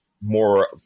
more